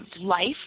life